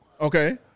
Okay